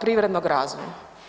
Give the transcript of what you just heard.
privrednog razvoja.